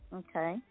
okay